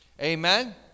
amen